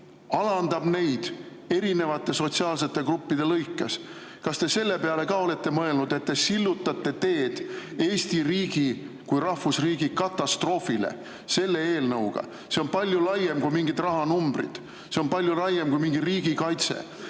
alandab neid erinevate sotsiaalsete gruppide lõikes? Kas te selle peale olete ka mõelnud, et te sillutate teed Eesti riigi kui rahvusriigi katastroofile selle eelnõuga? See on palju laiem kui mingid rahanumbrid, see on palju laiem kui mingi riigikaitse.